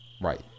right